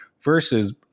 versus